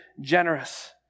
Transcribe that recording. generous